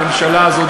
הממשלה הזאת,